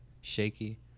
shaky